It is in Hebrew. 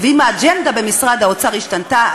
ואם האג'נדה במשרד האוצר השתנתה,